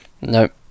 Nope